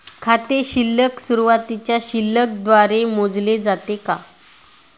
खाते शिल्लक सुरुवातीच्या शिल्लक द्वारे मोजले जाते का?